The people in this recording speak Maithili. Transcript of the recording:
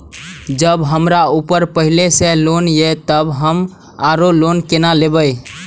जब हमरा ऊपर पहले से लोन ये तब हम आरो लोन केना लैब?